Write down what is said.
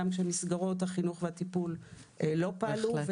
גם כשמסגרות החינוך והטיפול לא פעלו,